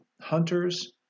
hunters